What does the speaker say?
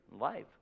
life